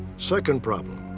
second problem,